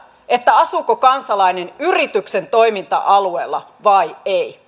asuuko kansalainen yrityksen toiminta alueella vai ei